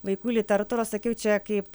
vaikų literatūros sakiau čia kaip